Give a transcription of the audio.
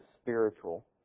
spiritual